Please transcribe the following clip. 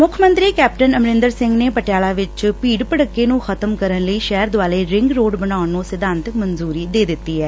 ਮੁੱਖ ਮੰਤਰੀ ਕੈਪਟਨ ਅਮਰੰਦਰ ਸੰਘ ਨੇ ਪਟਿਆਲਾ ਵਿਚ ਭੀਤ ਭਤਕੇ ਨੰ ਖ਼ਤਮ ਕਰਨ ਲਈ ਸ਼ਹਿਰ ਦੁਆਲੇ ਰਿੰਗ ਰੋਡ ਬਣਾਉਣ ਨੂੰ ਸਿਧਾਤਕ ਮਨਜੂਰੀ ਦੇ ਦਿੱਡੀ ਐ